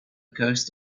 coast